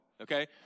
okay